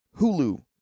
Hulu